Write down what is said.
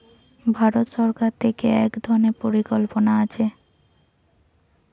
ভারত সরকার থিকে এক ধরণের পরিকল্পনা আছে